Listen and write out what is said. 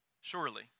surely